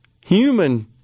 human